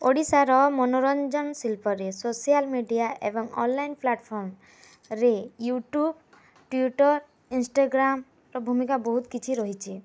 ଓଡ଼ିଶାର ମନୋରଞ୍ଜନ୍ ଶିଳ୍ପରେ ସୋସିଆଲ୍ ମିଡ଼ିଆ ଏବଂ ଅନ୍ଲାଇନ୍ ପ୍ଲାଟ୍ଫର୍ମ୍ ରେ ୟୁଟ୍ୟୁବ୍ ଟ୍ଵିଟର୍ ଇନ୍ଷ୍ଟାଗ୍ରାମ୍ର ଭୂମିକା ବହୁତ୍ କିଛି ରହିଛି